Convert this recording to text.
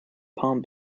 palm